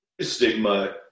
Stigma